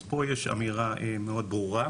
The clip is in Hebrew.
אז פה יש אמירה מאוד ברורה,